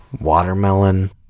watermelon